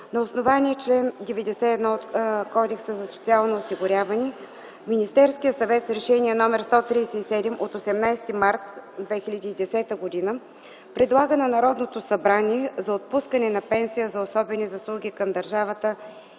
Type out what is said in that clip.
На основание чл. 91 от Кодекса за социално осигуряване Министерският съвет с Решение № 137 от 18.03.2010 г. предлага на Народното събрание за отпускане на пенсия за особени заслуги към държавата